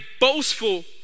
boastful